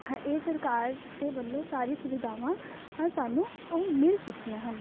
ਹ ਇਹ ਸਰਕਾਰ ਦੇ ਵੱਲੋਂ ਸਾਰੀ ਸੁਵਿਧਾਵਾਂ ਹਾਂ ਸਾਨੂੰ ਉਹ ਮਿਲ ਚੁੱਕੀਆਂ ਹਨ